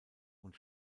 und